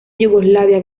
yugoslavia